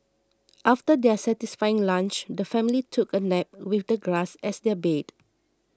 after their satisfying lunch the family took a nap with the grass as their bed